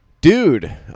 Dude